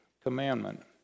commandment